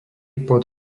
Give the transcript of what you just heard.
pod